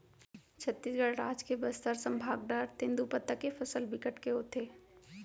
छत्तीसगढ़ राज के बस्तर संभाग डहर तेंदूपत्ता के फसल बिकट के होथे